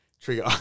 trigger